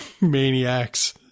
maniacs